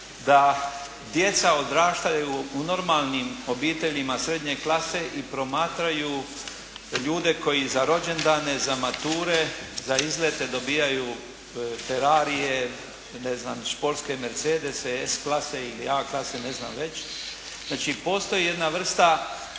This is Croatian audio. da djeca odrastaju u normalnim obiteljima srednje klase i promatraju ljude koji za rođendane, za mature, za izlete dobivaju Ferarije, ne znam športske mercedese S klase ili A klase, ne znam već. Znači postoji jedna vrsta